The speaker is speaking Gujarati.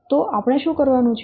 તો આપણે શું કરવાનું છે